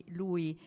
lui